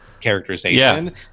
characterization